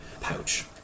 pouch